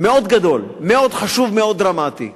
מאוד גדול, מאוד חשוב, מאוד דרמטי,